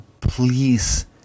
please